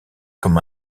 comme